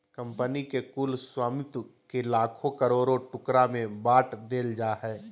company के कुल स्वामित्व के लाखों करोड़ों टुकड़ा में बाँट देल जाय हइ